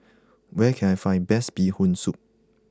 where can I find best Bee Hoon Soup